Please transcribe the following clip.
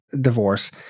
divorce